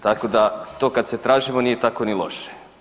Tako da, to kad se tražimo, nije tako ni loše.